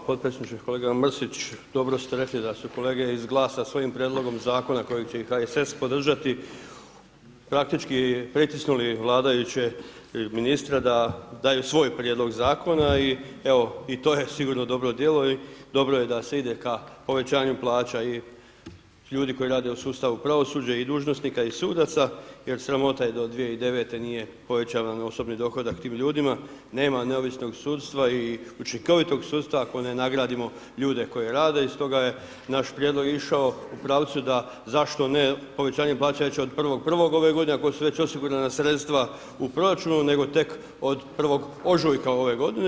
Hvala podpredsjedniče, kolega Mrsić dobro ste rekli da su kolege iz GLAS-a svojim prijedlogom zakona koji će i HSS podržati praktički pritisnuli vladajuće i ministra da daju svoj prijedlog zakona i evo i to je sigurno dobro djelo i dobro je da se ide ka povećanju plaća i ljudi koji rade u sustavu pravosuđa i dužnosnika i sudaca jer sramota je da od 2009. nije povećavan osobni dohodak tim ljudima, nema neovisnog sudstva i učinkovitog sudstva ako ne nagradimo ljude koji rade i stoga je naš prijedlog išao u pravcu da zašto ne povećanje plaća već od 1.1. ove godine ako su već osigurana sredstva u proračunu, nego tek od 1. ožujka ove godine.